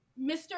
Mr